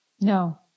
No